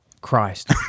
Christ